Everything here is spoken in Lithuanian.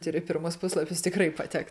turi pirmas puslapis tikrai patekt